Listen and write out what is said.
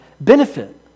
benefit